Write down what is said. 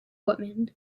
women